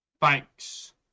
Thanks